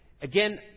Again